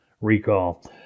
recall